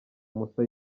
moussa